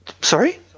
Sorry